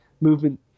movement